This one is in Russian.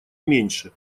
меньше